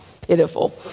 pitiful